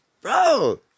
Bro